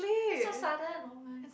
that's so sudden oh my